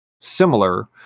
similar